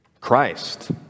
Christ